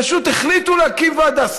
פשוט החליטו להקים ועדה.